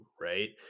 right